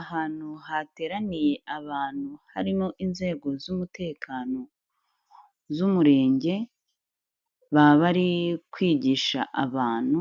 Ahantu hateraniye abantu harimo inzego z'umutekano z'Umurenge, baba bari kwigisha abantu